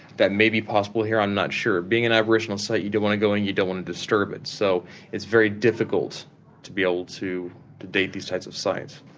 that may be possible here, i'm not sure. being an aboriginal site, you don't want to go in and you don't want to disturb it, so it's very difficult to be able to date these types of sites.